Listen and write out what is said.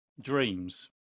dreams